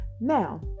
Now